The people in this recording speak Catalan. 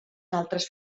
altres